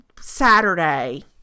Saturday